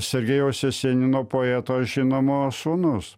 sergejaus jesenino poeto žinomo sūnus